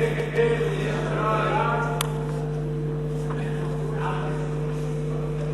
הצעת סיעת העבודה להביע אי-אמון בממשלה לא